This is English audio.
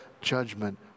judgment